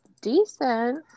Decent